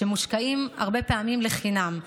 שמושקעים הרבה פעמים לחינם.